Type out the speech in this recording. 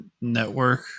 network